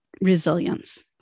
resilience